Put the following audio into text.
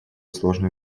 сложной